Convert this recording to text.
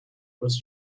was